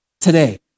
Today